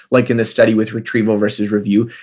like in the study with retrieval versus review,